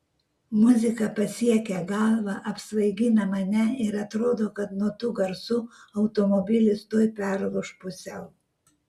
muzika pasiekia galvą apsvaigina mane ir atrodo kad nuo tų garsų automobilis tuoj perlūš pusiau